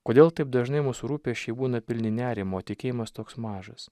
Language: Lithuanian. kodėl taip dažnai mūsų rūpesčiai būna pilni nerimo tikėjimas toks mažas